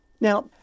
Now